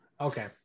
Okay